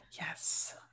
Yes